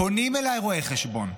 פונים אליי רואי חשבון,